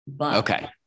Okay